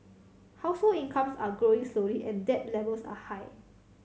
household incomes are growing slowly and debt levels are high